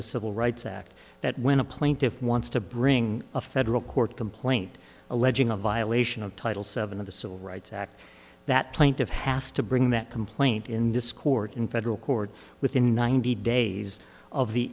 the civil rights act that when a plaintiff wants to bring a federal court complaint alleging a violation of title seven of the civil rights act that plaintive has to bring that complaint in this court in federal court within ninety days of the